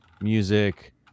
music